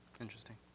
Interesting